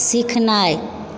सिखनाइ